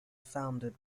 founded